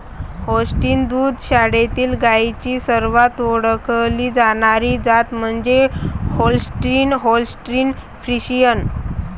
Holstein दुग्ध शाळेतील गायींची सर्वात ओळखली जाणारी जात म्हणजे होल्स्टीन होल्स्टीन फ्रिशियन